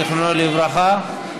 זיכרונו לברכה.